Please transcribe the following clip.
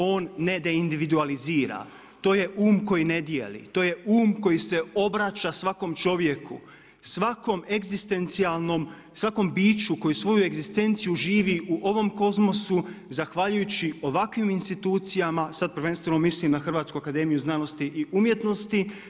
On ne deindividualizira, to je um koji ne dijeli, to je um koji se obraća svakom čovjeku, svakom egzistencijalnom, svakom biću koji svoju egzistenciju živi u ovom kozmosu zahvaljujući ovakvim institucijama sad prvenstveno mislim na Hrvatsku akademiju znanosti i umjetnosti.